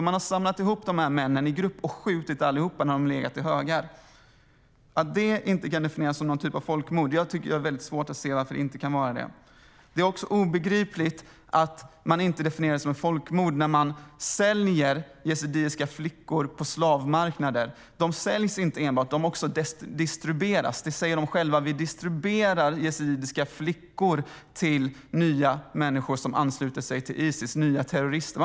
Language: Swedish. Man har samlat ihop dessa män i grupp och skjutit allihop när de har legat i högar. Att det inte kan definieras som någon typ av folkmord har jag väldigt svårt att se. Det är också obegripligt att det inte definieras som folkmord när man säljer yazidiska flickor på slavmarknader. De säljs inte enbart, utan de distribueras också. De säger det själva: Vi distribuerar yazidiska flickor till nya människor som ansluter sig till Isis - nya terrorister.